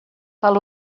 tal